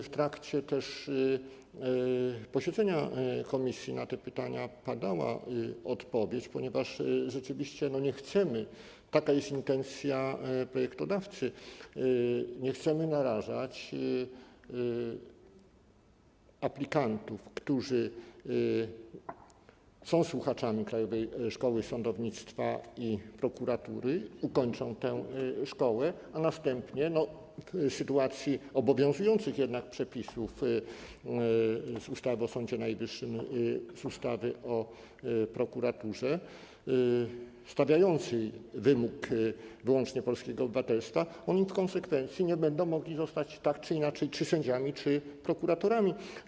W trakcie posiedzenia komisji na te pytania padała odpowiedź, ponieważ rzeczywiście nie chcemy - taka jest intencja projektodawcy - narażać aplikantów, którzy są słuchaczami Krajowej Szkoły Sądownictwa i Prokuratury, ukończą tę szkołę, a następnie, w sytuacji obowiązujących przepisów z ustawy o Sądzie Najwyższym i z ustawy o prokuraturze, stawiających wymóg wyłącznie polskiego obywatelstwa, w konsekwencji nie będą mogli zostać tak czy inaczej czy sędziami, czy prokuratorami.